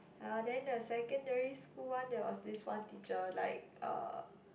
uh then the secondary school one there was this one teacher like uh